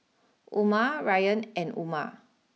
Umar Ryan and Umar